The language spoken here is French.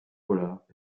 pollard